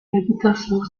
habitations